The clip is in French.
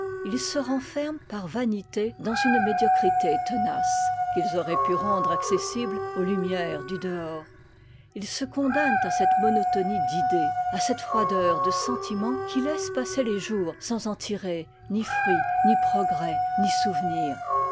ils se renferment par vanité'dans une médiocrité tenace qu'ils auraient pu rendre accessible aux lumières du dehors ils se condamnent à cette monotonie d'idées à cette froideur de sentiment qui laisse passer les jours sans en tirer ni fruits ni progrès ni souvenirs